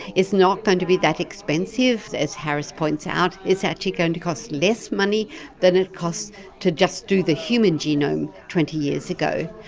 it's not going to be that expensive, as harris points out, it's actually going to cost less money than it costs to just do the human genome twenty years ago.